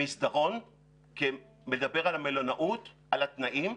המסדרון כמדבר על המלונאות, על התנאים.